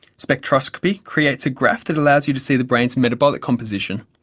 spectroscopy creates a graph that allows you to see the brain's metabolic composition.